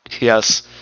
Yes